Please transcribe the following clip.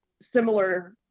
similar